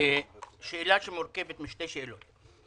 שאלה שמורכבת משתי שאלות.